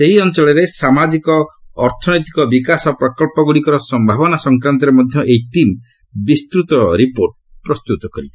ସେହି ଅଞ୍ଚଳରେ ସାମାଜିକ ଅର୍ଥନୈତିକ ବିକାଶ ପ୍ରକଳ୍ପଗୁଡ଼ିକର ସମ୍ଭାବନା ସଂକ୍ରାନ୍ତରେ ମଧ୍ୟ ଏହି ଟିମ୍ ବିସ୍ତୃତ ରିପୋର୍ଟ ପ୍ରସ୍ତୁତ କରିବ